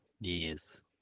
Yes